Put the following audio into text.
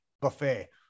Buffet